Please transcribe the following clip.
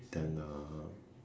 than uh